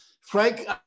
frank